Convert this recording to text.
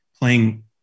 playing